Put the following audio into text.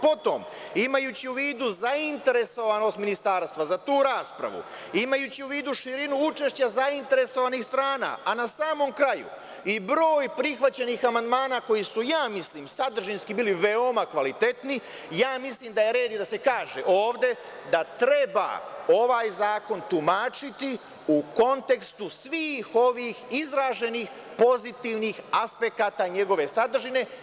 Potom, imajući u vidu zainteresovanost ministarstva za tu raspravu, imajući u vidu širinu učešća zainteresovanih strana, a na samom kraju i broj prihvaćenih amandmana koji su ja mislim sadržinski bili veoma kvalitetni, mislim da je red da se ovde kaže da treba ovaj zakon tumačiti u kontekstu svih ovih izraženih pozitivnih aspekata njegove sadržine.